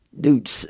dude